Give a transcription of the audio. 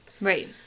Right